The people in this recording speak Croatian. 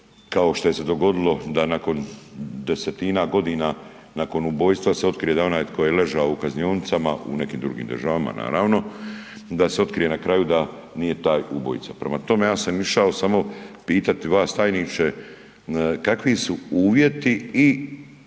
kao što je se dogodilo da nakon desetina godina, nakon ubojstva se otkrije da je onaj tko je ležao u kaznionicama u nekim drugim državama naravno da se otkrije na kraju da nije taj ubojica. Prema tome, ja sam išao samo pitati vas tajniče kakvi su uvjeti i